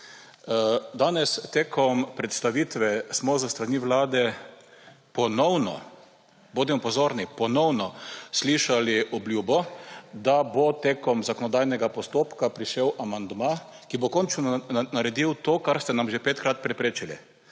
Danes tekom predstavitve smo z strani Vlade ponovno – bodimo pozorni, ponovno – slišali obljubo, da bo tekom zakonodajnega postopka prišel amandma, ki bo končno naredil to, kar ste nam že petkrat preprečili,